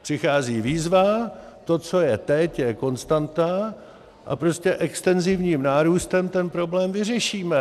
Přichází výzva, to, co je teď, je konstanta a prostě extenzivním nárůstem ten problém vyřešíme.